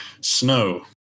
Snow